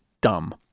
dumb